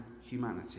humanity